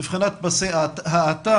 מבחינת פסי האטה,